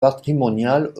patrimoniale